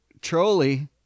trolley